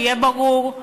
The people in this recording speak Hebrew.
שיהיה ברור,